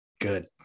Good